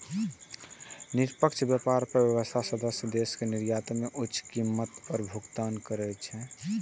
निष्पक्ष व्यापार व्यवस्थाक सदस्य देश निर्यातक कें उच्च कीमतक भुगतान करै छै